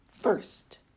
First